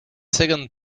second